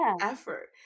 effort